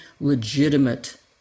legitimate